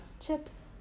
chips